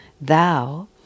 thou